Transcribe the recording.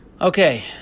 Okay